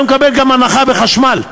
הוא היה מקבל גם הנחה בחשמל.